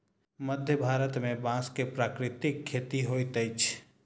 मध्य भारत में बांस के प्राकृतिक खेती होइत अछि